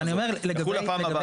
יילכו לפעם הבאה,